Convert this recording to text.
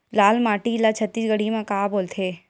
लाल माटी ला छत्तीसगढ़ी मा का बोलथे?